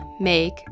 Make